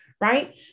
right